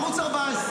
ערוץ 14,